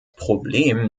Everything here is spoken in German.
problem